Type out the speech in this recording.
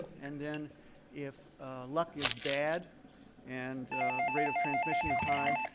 and then if luck is bad and the rate of transmission is high,